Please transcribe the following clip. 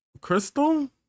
Crystal